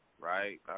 right